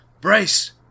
Brace